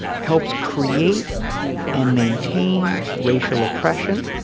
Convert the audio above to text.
helps create and maintain racial oppression.